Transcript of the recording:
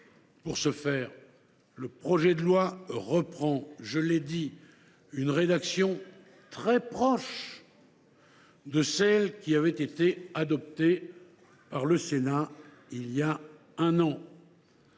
Pour ce faire, le projet de loi reprend – je l’ai dit – une rédaction très proche de celle qui a été adoptée par le Sénat voilà un an.